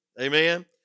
Amen